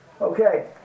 Okay